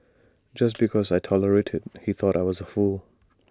just because I tolerated he thought I was A fool